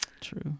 True